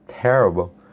terrible